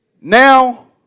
Now